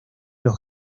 los